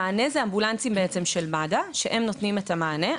המענה זה אמבולנסים של מד"א שנותנים את המענה.